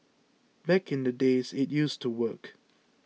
back in the days it used to work